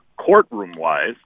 courtroom-wise